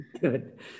Good